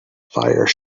fire